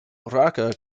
rocca